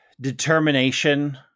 determination